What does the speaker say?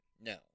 No